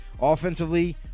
Offensively